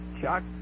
Chuck